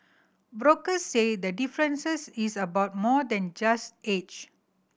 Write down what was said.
brokers say the differences is about more than just age